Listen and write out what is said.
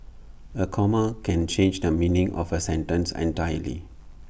A comma can change the meaning of A sentence entirely